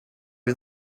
you